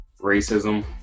racism